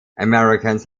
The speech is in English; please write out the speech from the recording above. americans